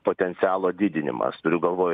potencialo didinimas turiu galvoj